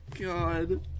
God